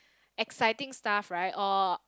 exciting stuff right or